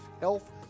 health